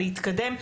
להתקדם,